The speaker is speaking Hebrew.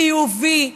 חיובי,